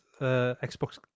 xbox